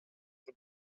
the